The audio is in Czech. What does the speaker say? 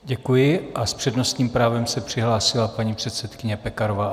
Děkuji a s přednostním právem se přihlásila paní předsedkyně Pekarová Adamová.